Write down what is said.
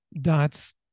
Dots